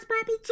Bobby